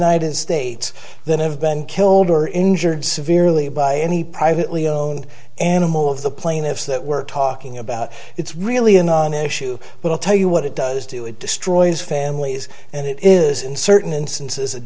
united states than of the and killed or injured severely by any privately owned animal of the plaintiffs that we're talking about it's really a non issue but i'll tell you what it does do it destroys families and it is in certain instances a